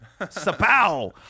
Sapow